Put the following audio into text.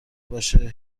باشه